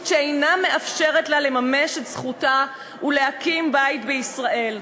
שאינה מאפשרת לה לממש את זכותה ולהקים בית בישראל.